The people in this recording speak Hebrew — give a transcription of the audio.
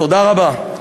תודה רבה.